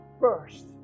first